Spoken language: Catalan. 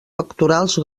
pectorals